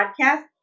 Podcast